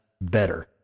better